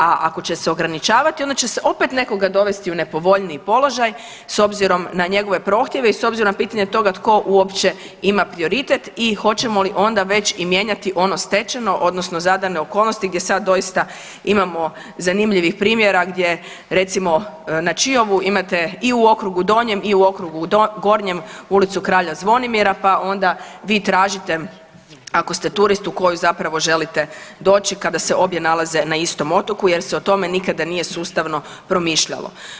A ako će se ograničavati onda će se opet nekoga dovesti u nepovoljniji položaj s obzirom na njegove prohtjeve i s obzirom na pitanje toga tko uopće ima prioritet i hoćemo li onda već i mijenjati ono stečeno odnosno zadane okolnosti gdje sad doista imamo zanimljivih primjera gdje recimo na Čiovu imate i u Okrugu donjem i u Okrugu gornjem Ulicu kralja Zvonimira pa onda vi tražite ako ste turist u koju zapravo želite doći kada se obje nalaze na istom otoku jer se o tome nikada nije sustavno promišljalo.